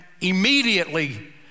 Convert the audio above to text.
immediately